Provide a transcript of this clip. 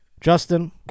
Justin